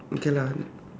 okay lah